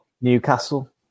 Newcastle